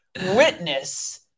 witness